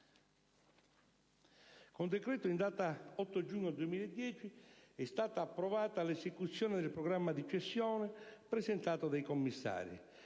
Con decreto in data 8 giugno 2010 è stata approvata l'esecuzione del programma di cessione presentato dai commissari.